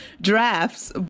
drafts